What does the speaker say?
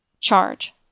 Charge